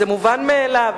זה מובן מאליו.